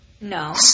No